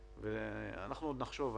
אנחנו עוד נחשוב.